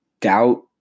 doubt